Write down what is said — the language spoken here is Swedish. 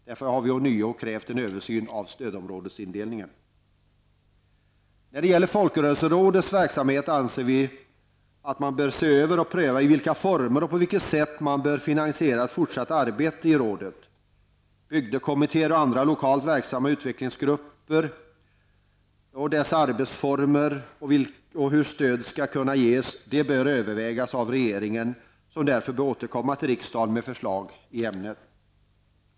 Därför har vi ånyo krävt en översyn av stödområdesindelningen. När det gäller Folkrörelserådets verksamhet anser vi att man bör se över och pröva i vilka former och på vilket sätt det fortsatta arbetet i rådet skall finansieras. Bygdekommittéer och andra lokalt verksamma utvecklingsgrupper, dess arbetsformer och hur stöd skall kunna ges bör övervägas av regeringen, som därför bör återkomma till riksdagen med förslag i ämnet.